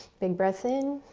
big breath in,